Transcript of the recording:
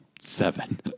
seven